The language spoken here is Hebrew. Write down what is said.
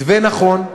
מתווה נכון,